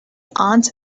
aunt